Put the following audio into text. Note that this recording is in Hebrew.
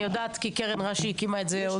אני יודעת כי קרן רש"י הקימה את זה עוד.